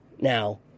now